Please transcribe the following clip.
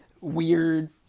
weird